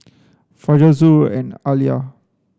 Fajar Zul and Alya